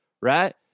right